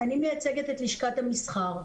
אני מייצגת את לשכת המסחר.